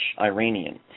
Iranian